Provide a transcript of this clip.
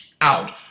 out